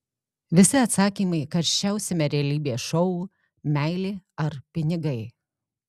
visi atsakymai karščiausiame realybės šou meilė ar pinigai